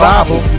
Bible